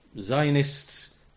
Zionists